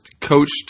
coached